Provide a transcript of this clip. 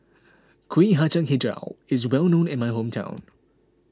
Kuih Kacang HiJau is well known in my hometown